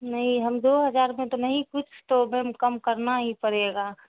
نہیں ہم دو ہزار میں تو نہیں تو کچھ تو میم کم کرنا ہی پڑے گا